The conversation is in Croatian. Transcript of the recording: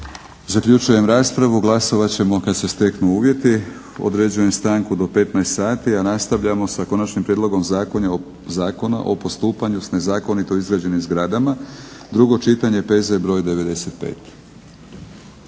Zaključujem raspravu. Glasovat ćemo kad se steknu uvjeti. Određujem stanku do 15,00 sati, a nastavljamo sa Konačnim prijedlogom zakona o postupanju s nezakonito izgrađenim zgradama, drugo čitanje, P.Z. br. 95.